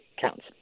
counts